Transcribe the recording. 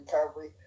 recovery